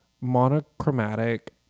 monochromatic